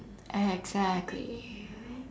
exactly